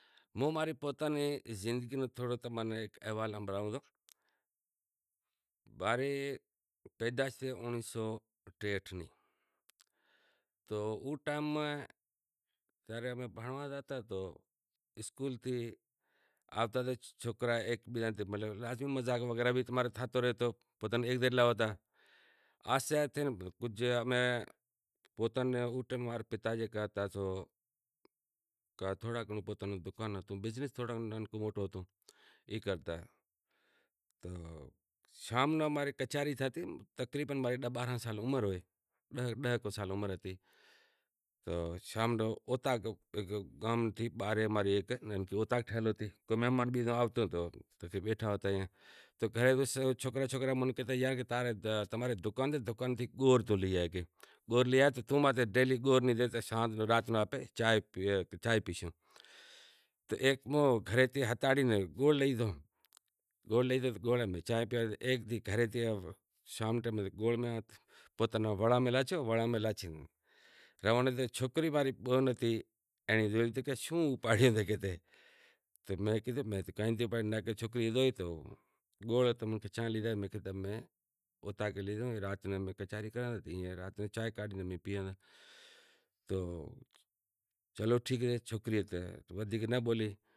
موں ماں پوتانی زندگی ماں تھوڑو احوال ہنبھڑائوں تو، ماں ری پیدائش تھئی اونڑیہہ سو ٹیہٹھ ماں ری اسکول نا سوکراں تھیں مذاق وغیرہ بھی تھاتو رہتو ہیک جیڈلا ہوتا آہستے آہستےکجھ اماں نا پتا ہتا بزنس بھی سوٹو موٹو ہتو، شام نی اماری کچہری تھیتی تقریبن ماں ری داہ بارنہں سال عمر ہوئے، داہ سال عمر ہتی، گھر نے باہر اماں ری اوطاق ٹھیل ہتی تو بیٹھا ہتا تو سوکراں منکیں ہوتیں دکان میں گڑ لئی آ اتا رے چانہیں پیاڑ، چھوکری ماں ری بیہن ہتی کہے گڑ شوں لے زائے تو میں کیدہو شام نو امیں کچہری کراں اوطاق ماں چانہیں کاڈھے پیئاں۔